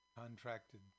contracted